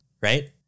Right